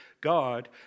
God